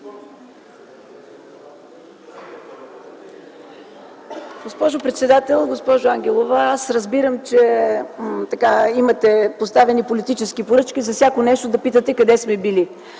Госпожо председател! Госпожо Ангелова, аз разбирам, че имате поставени политически поръчки за всяко нещо да питате къде сме били?